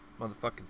motherfucking